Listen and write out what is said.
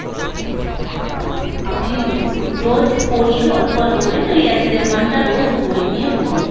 আর আমি রোজ পড়ি অল্প অল্প করে ওই এক দেড় ঘন্টা রোজ বই নিয়ে পড়ি